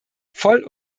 voll